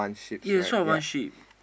yes short of one sheep